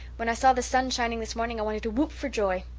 when i saw the sun shining this morning i wanted to whoop for joy.